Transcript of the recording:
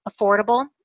affordable